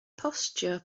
bostio